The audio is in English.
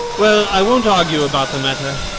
well, i won't argue about the matter.